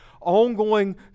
ongoing